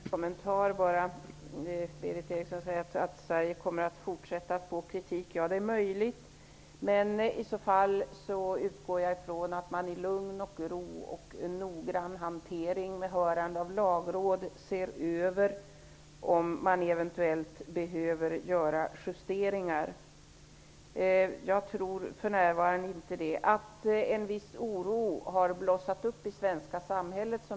Herr talman! Jag har bara en kort kommentar. Berith Eriksson säger att Sverige kommer att fortsätta att få kritik. Ja, det är möjligt, men i så fall utgår jag ifrån att man i lugn och ro, genom noggrann hantering och med hörande av lagrådet, ser över om man eventuellt behöver göra justeringar. Jag tror inte att det behövs för närvarande. Berith Eriksson tog upp att en viss oro har blossat upp i det svenska samhället.